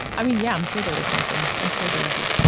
i mean yeah i'm sure there is something i'm sure they would do